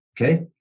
Okay